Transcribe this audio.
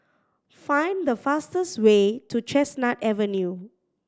find the fastest way to Chestnut Avenue